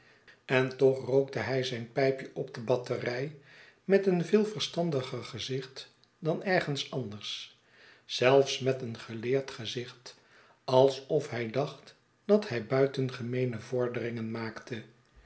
en toch rookte hij zijn pijpje op de batterij met een veel verstandiger gezicht dan ergens anders zelfs met een geleerd gezicht alsof hij dacht dat hij buitengemeene vorderingen maakte